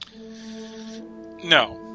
No